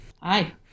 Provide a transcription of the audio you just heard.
Hi